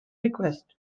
request